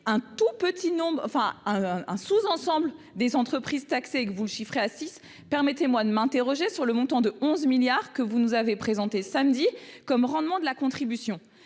un tout petit nombre, enfin un sous-ensemble des entreprises taxées que vous le chiffrez à A6, permettez-moi de m'interroger sur le montant de 11 milliards que vous nous avez présenté samedi comme rendement de la contribution